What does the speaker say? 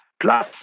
plus